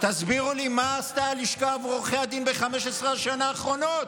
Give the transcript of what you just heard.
תסבירו לי מה עשתה הלשכה עבור עורכי הדין ב-15 השנה האחרונות.